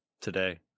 today